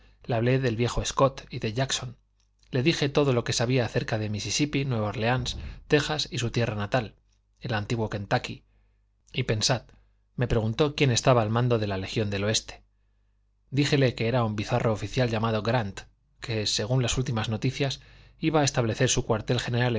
le hablé del viejo scott y de jackson le dije todo lo que sabía acerca de misisipí nueva órleans tejas y su tierra natal el antiguo kentucky y pensad me preguntó quién estaba al mando de la legión del oeste díjele que era un bizarro oficial llamado grant que según las últimas noticias iba a establecer su cuartel general